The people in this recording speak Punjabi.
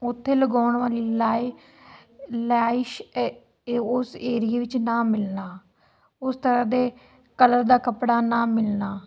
ਉੱਥੇ ਲਗਾਉਣ ਵਾਲੀ ਲਾਈ ਲਾਈਸ਼ ਏ ਏ ਉਸ ਏਰੀਏ ਵਿੱਚ ਨਾ ਮਿਲਣਾ ਉਸ ਤਰ੍ਹਾਂ ਦੇ ਕਲਰ ਦਾ ਕੱਪੜਾ ਨਾ ਮਿਲਣਾ